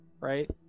right